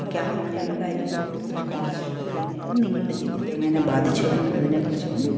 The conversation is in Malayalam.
എനിക്ക് ആ അങ്ങനെയുള്ള കാര്യങ്ങളെക്കുറിച്ചാണ് പറയുന്നത് അത് നിങ്ങളുടെ ജീവിതത്തെ എങ്ങനെ ബാധിച്ചു എന്നുള്ളതിനെക്കുറിച്ച് ഒന്നും